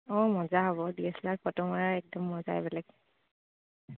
অঁ মজা হ'ব ডি এছ এল আৰত ফটো মৰাৰতো মজাই বেলেগ